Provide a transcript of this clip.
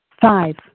Five